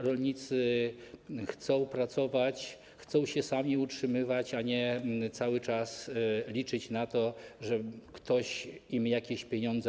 Rolnicy chcą pracować, chcą się sami utrzymywać, a nie cały czas liczyć na to, że ktoś im da jakieś pieniądze.